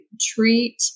treat